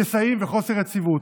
שסעים וחוסר יציבות.